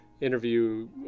interview